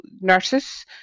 nurses